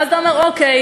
ואז אתה אומר: טוב,